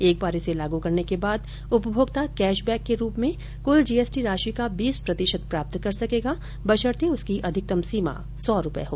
एक बार इसे लागू करने के बाद उपभोक्ता कैशबैक के रूप में कुल जीएसटी राशि का बीस प्रतिशत प्राप्त कर सकेगा बशर्ते उसकी अधिकतम सीमा सौ रुपये हो